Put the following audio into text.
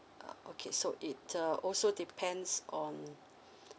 uh okay so it uh also depends on